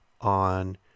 on